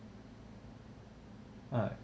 alright